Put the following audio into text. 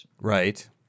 Right